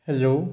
hello